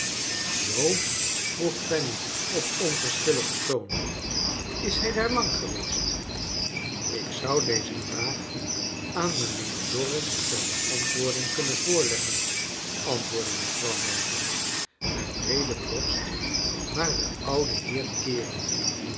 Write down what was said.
zoo vroeg fanny op onverschilligen toon is hij daar lang geweest ik zou deze vraag aan mijnheer dorrit ter beantwoording kunnen voorleggen antwoordde mevrouw merdle haar breede borst naar den ouden heer keerende